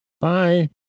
Bye